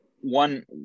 one